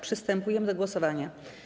Przystępujemy do głosowania.